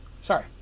Sorry